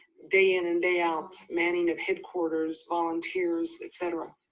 day in and day out manning of headquarters, volunteers, et cetera,